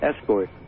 escort